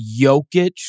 Jokic